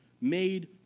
Made